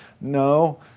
No